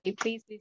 please